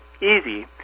easy